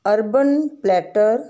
urban platter